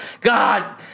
God